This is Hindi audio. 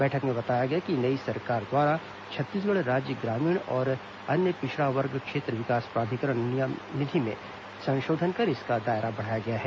बैठक में बताया गया कि नई सरकार द्वारा छत्तीसगढ़ राज्य ग्रामीण और अन्य पिछड़ा वर्ग क्षेत्र विकास प्राधिकरण निधि नियम में संशोधन कर इसका दायरा बढ़ाया गया है